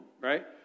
right